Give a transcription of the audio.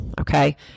okay